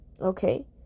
okay